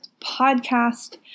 Podcast